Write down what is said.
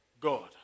God